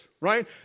right